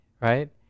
right